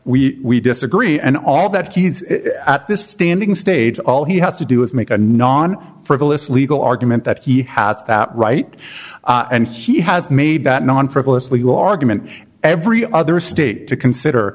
we disagree and all that at this standing stage all he has to do is make a non frivolous legal argument that he has that right and he has made that non frivolous legal argument every other state to consider